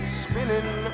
spinning